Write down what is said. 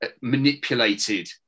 manipulated